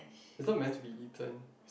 it's not man to be eaten